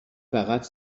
فقط